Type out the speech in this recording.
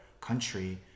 country